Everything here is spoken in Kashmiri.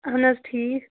اہن حظ ٹھیٖک